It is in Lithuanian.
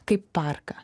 kaip parką